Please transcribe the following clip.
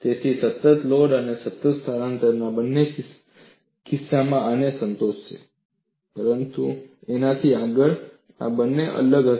તેથી સતત લોડ અને સતત સ્થાનાંતરના બંને કિસ્સાઓ આને સંતોષશે પરંતુ તેનાથી આગળ આ બે અલગ હશે